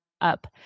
up